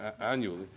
annually